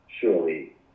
Surely